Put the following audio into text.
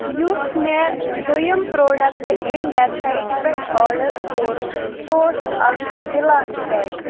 یُس مےٚ دۄیم پرٛوڈَکٹ امہِ ویب سایٹہِ پٮ۪ٹھ آرڈر کوٚر سُہ اوس اَکھ گِلاس سیٹ